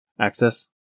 Access